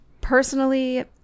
Personally